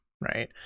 right